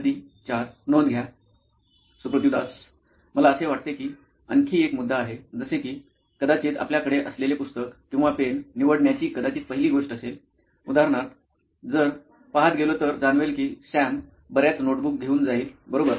Suprativ Das CTO नॉइन electronics मला असे वाटते की आणखी एक मुद्दा आहे जसे की कदाचित आपल्याकडे असलेले पुस्तक किंवा पेन निवडण्याची कदाचित पहिली गोष्ट असेल उदाहरणार्थ जर पाहत गेलो तर जाणवेल कि सॅम बर्याच नोटबुक घेऊन जाईल बरोबर